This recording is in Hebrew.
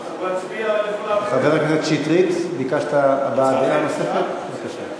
חבר הכנסת שטרית, ביקשת הבעת דעה נוספת, בבקשה.